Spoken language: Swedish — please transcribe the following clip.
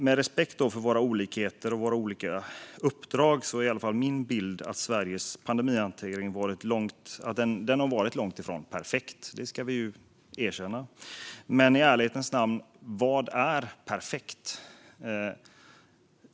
Med respekt för våra olikheter och våra olika uppdrag är i alla fall min bild att Sveriges pandemihantering har varit långt ifrån perfekt; det ska erkännas. Men i ärlighetens namn: Vad är perfekt?